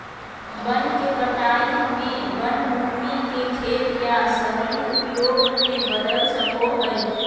वन के कटाई में वन भूमि के खेत या शहरी उपयोग में बदल सको हइ